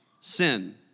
sin